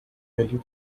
really